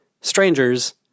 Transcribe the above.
strangers